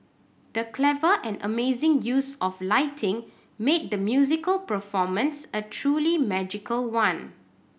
the clever and amazing use of lighting made the musical performance a truly magical one